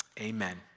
Amen